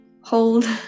hold